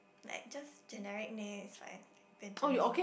like just generic name is like Benjamin